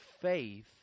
faith